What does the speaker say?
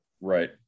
right